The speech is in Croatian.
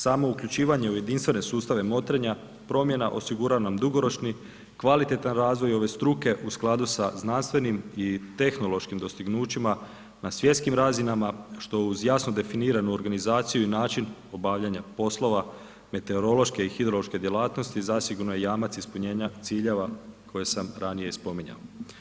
Samo uključivanje u jedinstvene sustave motrenja, promjena osigurava nam dugoročni, kvalitetan razvoj ove struke u skladu sa znanstvenim i tehnološkim dostignućima na svjetskim razinama što uz jasnu definiranu organizaciju i način obavljanja poslove meteorološke i hidrološke djelatnosti, zasigurno je jamac ispunjenja ciljeva koje sam ranije spominjao.